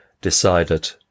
decided